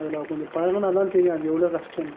அதில் கொஞ்சம் பழகுனால் தான் தெரியும் அது எவ்வளோ கஷ்டன்னு